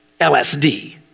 LSD